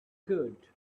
good